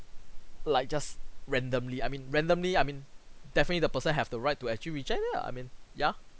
like just randomly I mean randomly I mean definitely the person have the right to actually reject it ah I mean yeah